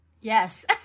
Yes